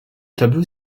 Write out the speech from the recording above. tableau